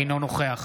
אינו נוכח